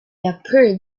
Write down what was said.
appeared